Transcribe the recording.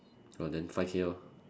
oh then five K lor